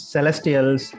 Celestials